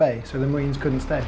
base for the marines couldn't stay